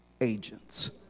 agents